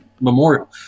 memorial